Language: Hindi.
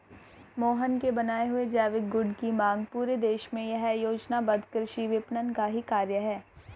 मोहन के बनाए हुए जैविक गुड की मांग पूरे देश में यह योजनाबद्ध कृषि विपणन का ही कार्य है